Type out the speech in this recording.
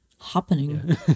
Happening